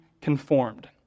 conformed